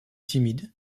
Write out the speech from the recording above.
timide